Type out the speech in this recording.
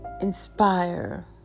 inspire